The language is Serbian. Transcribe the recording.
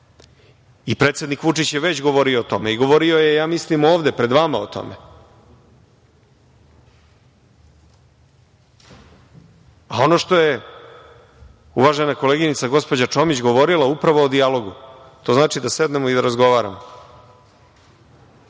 Predsednik Vučić je već govorio o tome i govorio je, ja mislim, ovde pred vama o tome. Ono što je uvažena koleginica gospođa Čomić govorila upravo o dijalogu, to znači da sednemo i da razgovaramo. Malo